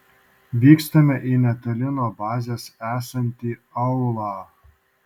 vykstame į netoli nuo bazės esantį aūlą